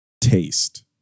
taste